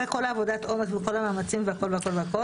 אחרי כל עבודת העומק וכל המאמצים והכול והכול,